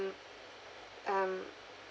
um